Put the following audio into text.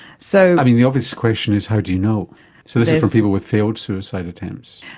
so the obvious question is how do you know. so this is from people with failed suicide attempts.